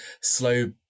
slow